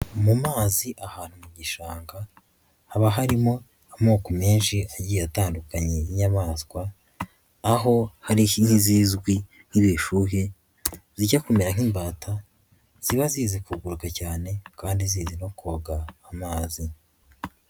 Mu mazi ahantu mu gishanga haba harimo amoko menshi agiye atandukanye y'inyamaswa, aho hari izizwi nk'ibishuhe, zijya kumera nk'imbata ziba zizi kuguruka cyane kandi zizi no koga amazi.